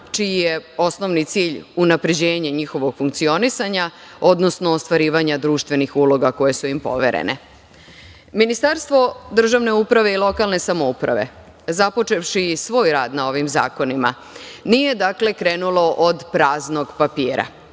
čiji je osnovni cilj unapređenje njihovog funkcionisanja, odnosno ostvarivanja društvenih uloga koje su im poverene. Ministarstvo državne uprave i lokalne samouprave, započevši svoj rad na ovim zakonima, nije, dakle, krenulo od praznog papira.